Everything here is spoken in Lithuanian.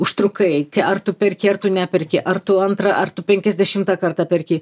užtrukai ar tu perki ar tu neperki ar tu antrą ar tų penkiasdešimtą kartą perki